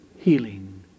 Healing